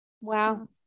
Wow